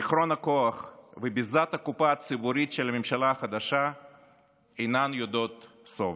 שיכרון הכוח וביזת הקופה הציבורית של הממשלה החדשה אינן יודעות שובע.